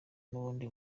ubundi